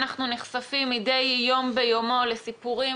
אנחנו נחשפים מדי יום ביומו לסיפורים